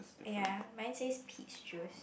ya mine says peach juice